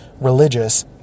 religious